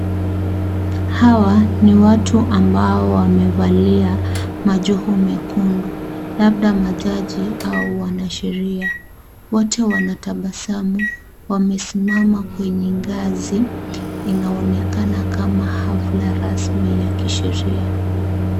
Hawa ni watu ambao wamevalia majoho mekundu, labda majaji au wanasheria, wote wanatabasamu wamesimama kwenye ngazi inaonekana kama hafla rasmi ya kisheria.